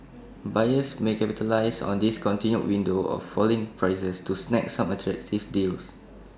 buyers may capitalise on this continued window of falling prices to snag some attractive deals